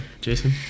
Jason